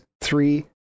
three